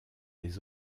les